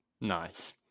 Nice